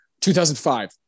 2005